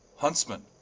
huntsman,